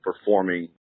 performing